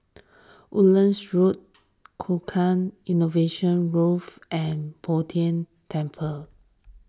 Woodlands Road Tukang Innovation Grove and Bo Tien Temple